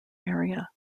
area